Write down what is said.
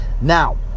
Now